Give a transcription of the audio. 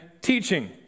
teaching